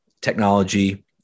technology